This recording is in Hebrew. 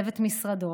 לצוות משרדו,